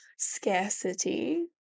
scarcity